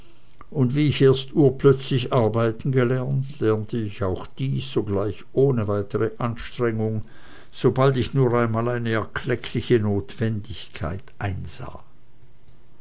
und wie ich erst urplötzlich arbeiten gelernt lernte ich auch dies sogleich ohne weitere anstrengung sobald ich nur einmal eine erkleckliche notwendigkeit einsah